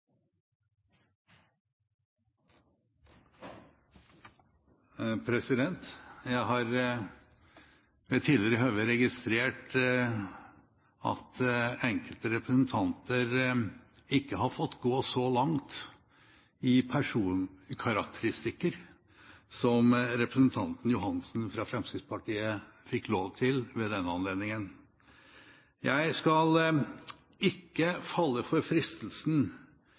Jeg har ved tidligere høve registrert at enkelte representanter ikke har fått gå så langt i personkarakteristikker som det representanten Ørsal Johansen fra Fremskrittspartiet fikk lov til ved denne anledningen. Jeg skal ikke falle for fristelsen